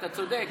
אתה צודק.